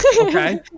Okay